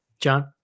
John